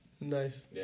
Nice